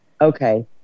okay